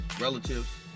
relatives